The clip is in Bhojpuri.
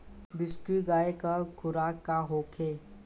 बिसुखी गाय के खुराक का होखे?